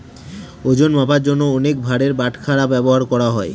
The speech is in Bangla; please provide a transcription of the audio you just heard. ওজন মাপার জন্য অনেক ভারের বাটখারা ব্যবহার করা হয়